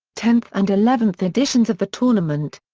tenth and eleventh editions of the tournament.